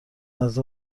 نزد